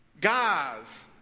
Guys